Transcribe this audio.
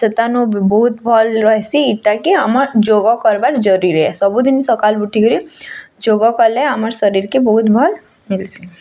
ସେ ତାନୁ ବହୁତ ଭଲ୍ ହେସି ଏଇଟା କି ଆମର୍ ଯୋଗ କରିବା ଜରୁରୀ ହେ ସବୁ ଦିନ୍ ସକାଳୁ ଉଠି କିରି ଯୋଗ କଲେ ଆମ ଶରୀର୍ କେ ବହୁତ ଭଲ୍ ମିଲ୍ସି